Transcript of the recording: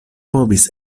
povis